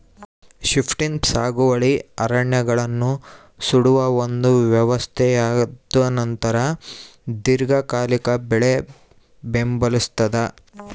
shifting ಸಾಗುವಳಿ ಅರಣ್ಯಗಳನ್ನು ಸುಡುವ ಒಂದು ವ್ಯವಸ್ಥೆಯಾಗಿದ್ದುನಂತರ ದೀರ್ಘಕಾಲಿಕ ಬೆಳೆ ಬೆಂಬಲಿಸ್ತಾದ